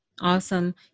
Awesome